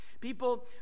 People